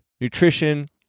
nutrition